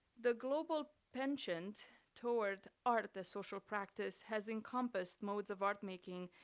the global penchant toward art, the social practice, has encompassed modes of art-making,